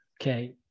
okay